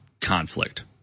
conflict